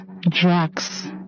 drugs